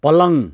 पलङ